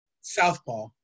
Southpaw